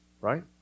Right